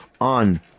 on